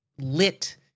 lit